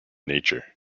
nature